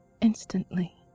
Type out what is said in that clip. instantly